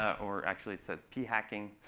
or actually, it said p-hacking.